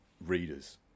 readers